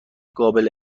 قابل